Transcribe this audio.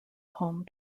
home